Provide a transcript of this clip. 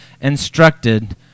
instructed